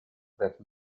that